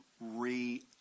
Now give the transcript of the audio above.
re